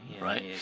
Right